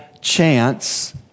chance